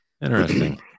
Interesting